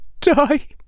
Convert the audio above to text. die